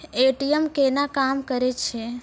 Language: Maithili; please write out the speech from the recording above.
ए.टी.एम केना काम करै छै?